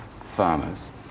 farmers